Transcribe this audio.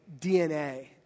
DNA